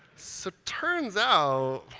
so turns out